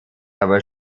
aber